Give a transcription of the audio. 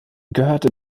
gehörte